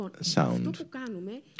sound